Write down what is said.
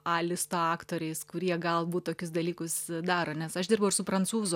a listo aktoriais kurie galbūt tokius dalykus daro nes aš dirbau ir su prancūzų